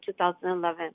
2011